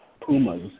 Pumas